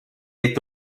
est